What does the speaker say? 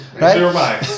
right